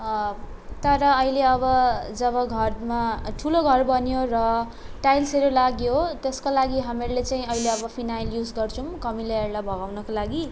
तर अहिले अब जब घरमा ठुलो घर बनियो र टाइल्सहरू लाग्यो त्यसको लागि हामीहरूले चाहिँ अहिले अब फिनाइल युज गर्छौँ कमिलाहरूलाई भगाउनको लागि